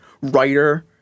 writer